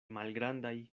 malgrandaj